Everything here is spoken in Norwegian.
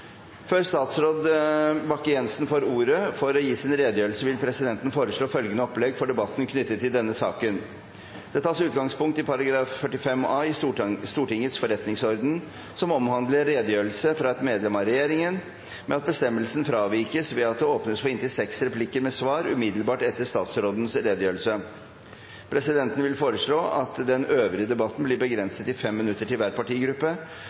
Før statsråd Bakke-Jensen får ordet for å gi sin redegjørelse, vil presidenten foreslå følgende opplegg for debatten knyttet til denne saken: Det tas utgangspunkt i § 45 a i Stortingets forretningsorden som omhandler redegjørelse fra et medlem av regjeringen, men at bestemmelsen fravikes ved at det åpnes for inntil seks replikker med svar umiddelbart etter statsrådens redegjørelse. Presidenten vil foreslå at den øvrige debatten blir begrenset til 5 minutter til hver partigruppe